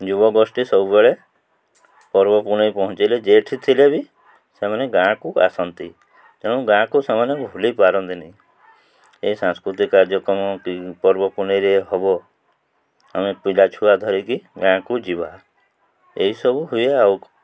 ଯୁବ ଗୋଷ୍ଠୀ ସବୁବେଳେ ପର୍ବ ପୁନେଇ ପହଁଞ୍ଚିଲେ ଯେଉଁଠି ଥିଲେ ବି ସେମାନେ ଗାଁ'କୁ ଆସନ୍ତି ତେଣୁ ଗାଁ'କୁ ସେମାନେ ଭୁଲି ପାରନ୍ତିନି ଏଇ ସାଂସ୍କୃତିକ କାର୍ଯ୍ୟକ୍ରମ କି ପର୍ବ ପୁନେଇରେ ହେବ ଆମେ ପିଲାଛୁଆ ଧରିକି ଗାଁ'କୁ ଯିବା ଏହିସବୁ ହୁଏ ଆଉ